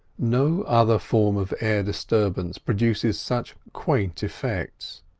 no other form of air disturbance produces such quaint effects.